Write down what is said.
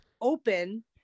open